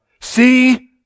See